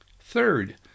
Third